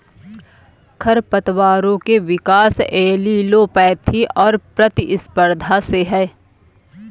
खरपतवारों के विकास एलीलोपैथी और प्रतिस्पर्धा से है